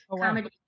Comedy